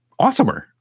awesomer